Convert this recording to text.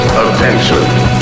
attention